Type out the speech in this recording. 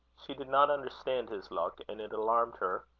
she did not understand his look, and it alarmed her.